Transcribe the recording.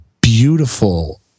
beautiful